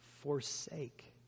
Forsake